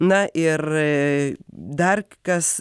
na ir dar kas